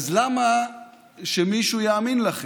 אז למה שמישהו יאמין לכם?